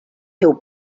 teu